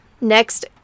next